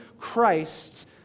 Christ